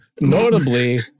notably